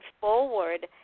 forward